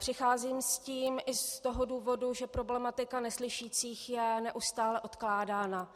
Přicházím s tím z toho důvodu, že problematika neslyšících je neustále odkládána.